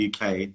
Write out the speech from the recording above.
UK